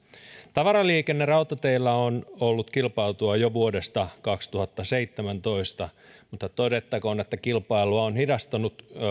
tavaraliikenne rautateillä on ollut kilpailtua jo vuodesta kaksituhattaseitsemäntoista mutta todettakoon että kilpailua on hidastanut